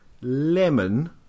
lemon